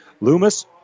Loomis